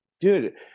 dude